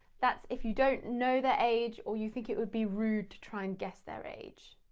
that's if you don't know their age or you think it would be rude to try and guess their age.